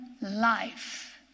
life